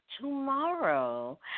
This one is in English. tomorrow